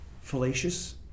fallacious